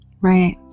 right